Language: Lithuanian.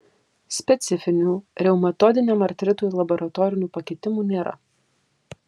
specifinių reumatoidiniam artritui laboratorinių pakitimų nėra